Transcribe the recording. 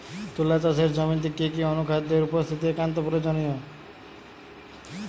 তুলা চাষের জমিতে কি কি অনুখাদ্যের উপস্থিতি একান্ত প্রয়োজনীয়?